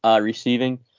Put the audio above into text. receiving